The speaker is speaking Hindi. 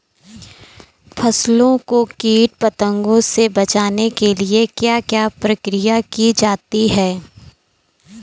फसलों को कीट पतंगों से बचाने के लिए क्या क्या प्रकिर्या की जाती है?